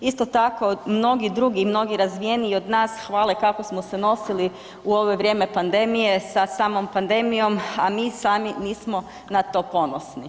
Isto tako, mnogi drugi, mnogi razvijeniji od nas hvale kako smo se nosili u ovo vrijeme pandemije sa samom pandemijom, a mi sami nismo na to ponosni.